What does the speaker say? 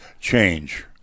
change